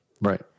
Right